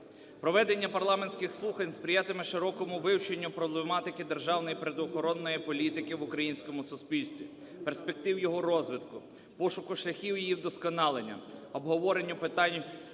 Проведення парламентських слухань сприятиме широкому вивченню проблематики державної природоохоронної політики в українському суспільстві, перспектив його розвитку, пошуку шляхів її вдосконалення, обговоренню питань,